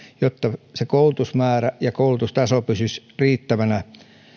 jotta koulutusmäärä ja koulutustaso pysyisivät riittävinä